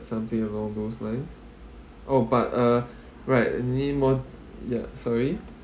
something along those lines oh but uh right need more ya sorry